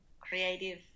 creative